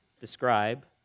describe